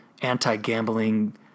anti-gambling